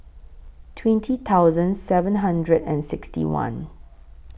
twenty thousand seven hundred and sixty one